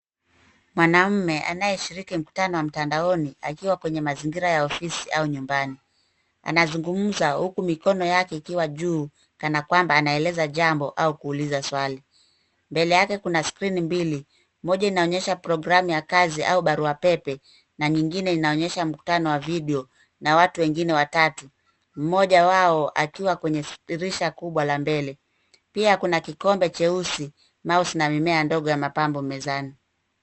Mwanamume anayeshiriki mkutano wa mitandaoni akiwa kwenye mazingira ya ofisi au nyumbani. Anazungumza huku mikono yake ikiwa juu kana kwamba anaeleza jambo au kuuliza swali. Mbele yake kuna skrini mbili, moja inaonyesha programu ya kazi au barua pepe na nyingine inaonyesha mkutano wa video na watu wengine watatu, mmoja wao akiwa kwenye dirisha kubwa la mbele. Pia kuna kikombe cheusi, mouse na mmea mdogo wa mapambo mezani.